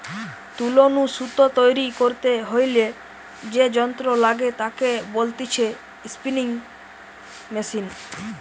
তুলো নু সুতো তৈরী করতে হইলে যে যন্ত্র লাগে তাকে বলতিছে স্পিনিং মেশিন